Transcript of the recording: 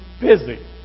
busy